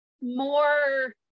more